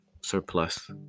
surplus